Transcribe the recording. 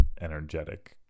energetic